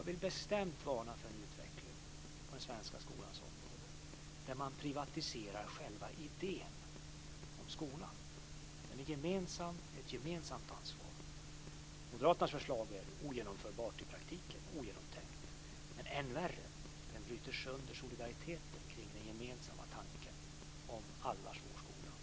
Jag vill bestämt varna för en utveckling på den svenska skolans område där man privatiserar själva idén om skolan. Den är ett gemensamt ansvar. Moderaternas förslag är ogenomförbart i praktiken. Det är ogenomtänkt. Men än värre är att det bryter sönder solidariteten kring den gemensamma tanken om allas vår skola.